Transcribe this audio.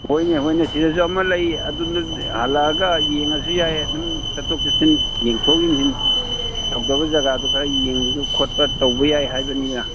ꯍꯣꯏꯅꯦ ꯍꯣꯏꯅꯦ ꯁꯤꯗꯁꯨ ꯑꯃ ꯂꯩ ꯍꯜꯂꯛꯑꯒ ꯌꯦꯡꯉꯁꯨ ꯌꯥꯏ ꯑꯗꯨꯝ ꯆꯠꯊꯣꯛ ꯆꯠꯁꯤꯟ ꯌꯦꯡꯊꯣꯛ ꯌꯦꯡꯁꯤꯟ ꯇꯧꯗꯕ ꯖꯥꯒꯗꯨ ꯈꯔ ꯌꯦꯡꯕ ꯈꯣꯠꯄ ꯇꯧꯕ ꯌꯥꯏ ꯍꯥꯏꯕꯅꯤꯗ